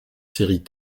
séries